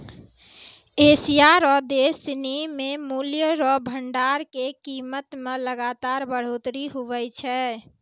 Asia रो देश सिनी मे मूल्य रो भंडार के कीमत मे लगातार बढ़ोतरी हुवै छै